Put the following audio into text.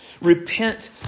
Repent